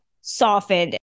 softened